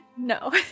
No